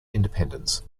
independence